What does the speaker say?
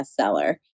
bestseller